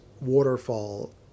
waterfall